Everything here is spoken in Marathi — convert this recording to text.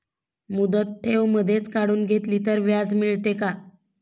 मुदत ठेव मधेच काढून घेतली तर व्याज मिळते का?